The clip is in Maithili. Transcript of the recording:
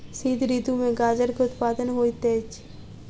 शीत ऋतू में गाजर के उत्पादन बहुत होइत अछि